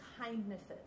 kindnesses